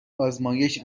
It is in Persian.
آزمایش